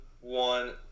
one